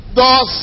Thus